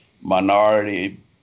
Minority